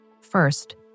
First